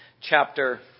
chapter